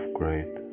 great